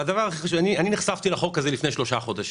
אני נחשפתי לחוק הזה לפני שלושה חודשים.